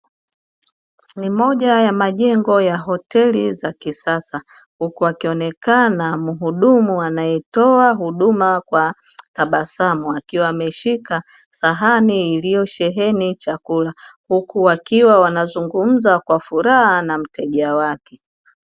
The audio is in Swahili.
Ni moja ya majengo ya hoteli za kisasa huku akionekana mhudumu anayetoa huduma kwa tabasamu akiwa ameshika sahani iliyosheheni chakula, huku wakiwa wanazungumza kwa furaha na mteja wake.